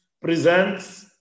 presents